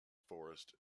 forest